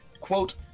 quote